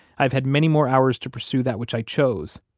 i've had many more hours to pursue that which i chose,